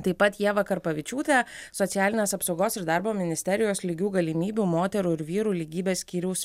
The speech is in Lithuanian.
taip pat ievą karpavičiūtę socialinės apsaugos ir darbo ministerijos lygių galimybių moterų ir vyrų lygybės skyriaus